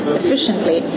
efficiently